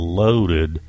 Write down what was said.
loaded